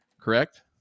correct